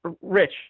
Rich